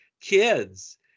kids